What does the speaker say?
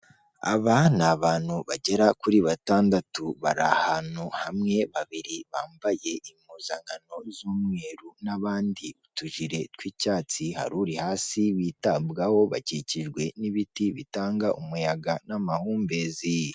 Aba ni abantu bagera kuri batandatu, bari ahantu hamwe, babiri bambaye impuzankano z'umweru, n'abandi utujiri tw'icyatsi, hari uri hasi witabwaho, bakikijwe n'ibiti bitanga umuyaga n'amahumbezi.